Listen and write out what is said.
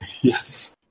Yes